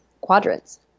quadrants